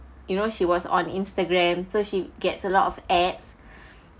you know she was on Instagram so she gets a lot of ads